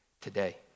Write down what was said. today